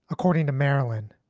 according to marilyn.